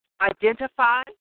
identify